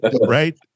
Right